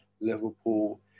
Liverpool